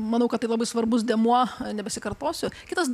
manau kad tai labai svarbus dėmuo nebesikartosiu kitas